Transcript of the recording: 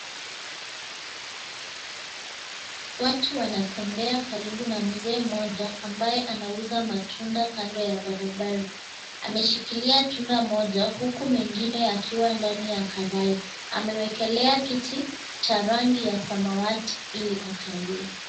Watu wanatembea karibu na mzee mmoja, ambaye anauza matunda kando ya barabara. Ameshikilia tunda moja, huku mengine yakiwa ndani ya karai. Amewekelea kiti cha rangi ya samawati ili akalie.